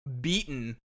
beaten